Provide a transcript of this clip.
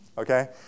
Okay